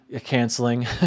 canceling